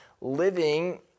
living